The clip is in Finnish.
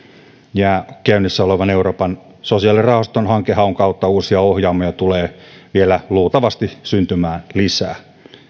ja käynnissä olevan euroopan sosiaalirahaston hankehaun kautta uusia ohjaamoja tulee vielä luultavasti syntymään lisää